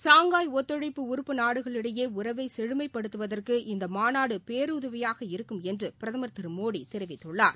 Shanghai ஒத்துழைப்பு உறப்பு நாடுகளிடையே உறவை செழுமைப்படுத்துவதற்கு இந்த மாநாடு பேருதவியாக இருக்கும் என்று பிரதமர் திரு மோடி தெரிவித்துள்ளார்